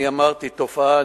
אמרת "תופעה",